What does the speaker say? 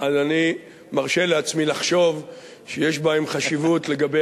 אז אני מרשה לעצמי לחשוב שיש בהם חשיבות לגבי